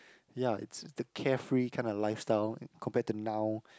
ya is the carefree kind of lifestyle compare to now